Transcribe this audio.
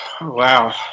Wow